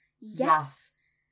Yes